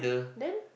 then